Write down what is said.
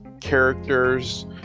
characters